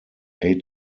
eight